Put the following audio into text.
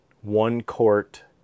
one-quart